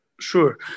Sure